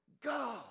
go